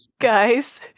Guys